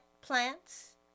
plants